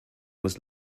was